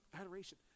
adoration